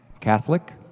Catholic